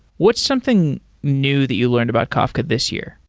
what's something new that you learned about kafka this year?